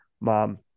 mom